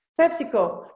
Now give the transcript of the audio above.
PepsiCo